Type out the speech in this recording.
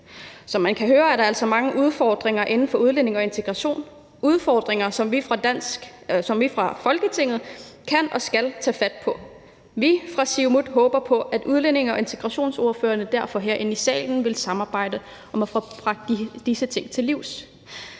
Som man kan høre, er der altså mange udfordringer inden for udlændinge- og integrationsområdet – udfordringer, som vi fra Folketingets side kan og skal tage fat på. Vi fra Siumut håber på, at udlændinge- og integrationsordførerne derfor herinde i salen vil samarbejde om at komme disse ting til livs.